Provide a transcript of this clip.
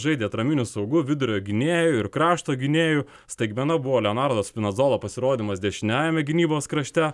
žaidė atraminiu saugu vidurio gynėju ir krašto gynėju staigmena buvo leonardo spinazolo pasirodymas dešiniajame gynybos krašte